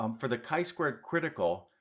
um for the chi-square critical,